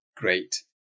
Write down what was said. Great